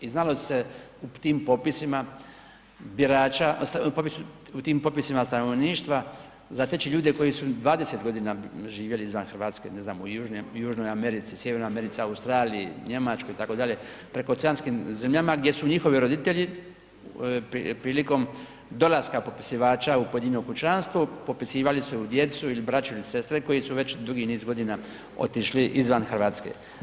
I znalo se u tim popisima birača, u tim popisima stanovništva zateći ljude koji su 20 godina živjeli izvan Hrvatske ne znam u Južnoj Americi, Sjevernoj Americi, Australiji, Njemačkoj itd., prekooceanskim zemljama gdje su njihovi roditelji prilikom dolaska popisivača u pojedino kućanstvo popisivali su djecu ili braću ili sestre koji su već dugi niz godina otišli izvan Hrvatske.